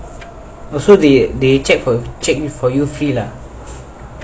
also they they check for check for you free lah